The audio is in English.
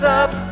up